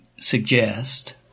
suggest